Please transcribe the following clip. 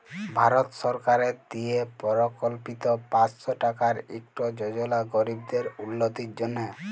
ভারত সরকারের দিয়ে পরকল্পিত পাঁচশ টাকার ইকট যজলা গরিবদের উল্লতির জ্যনহে